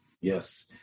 yes